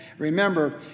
Remember